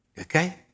Okay